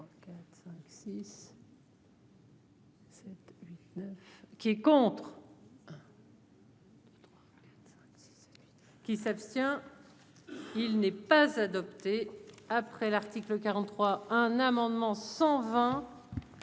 C'est ça. Qui s'abstient, il n'est pas adopté après l'article 43 un amendement 120.